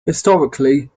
historically